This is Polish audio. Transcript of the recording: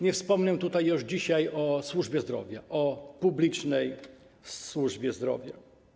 Nie wspomnę już tutaj dzisiaj o służbie zdrowia, o publicznej służbie zdrowia.